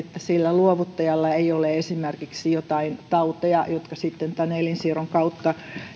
sillä luovuttajalla ei ole esimerkiksi joitain tauteja jotka sitten tällaisen elinsiirron kautta